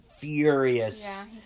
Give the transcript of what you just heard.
Furious